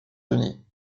unis